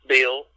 Bill